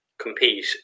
compete